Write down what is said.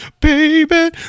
baby